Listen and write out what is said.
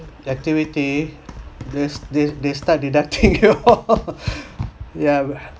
activity there's they they start deducting your ya